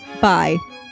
bye